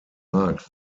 markt